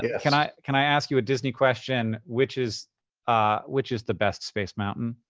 yes. can i can i ask you a disney question? which is ah which is the best space mountain?